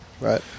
Right